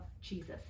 Jesus